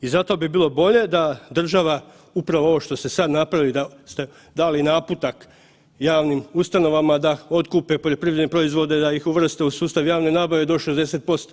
I zato bi bilo bolje da država upravo ovo što ste sad napravili, da ste dali naputak javnim ustanovama da otkupe poljoprivredne proizvode, da ih uvrste u sustav javne nabave do 60%